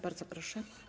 Bardzo proszę.